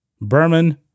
Berman